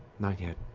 not yet.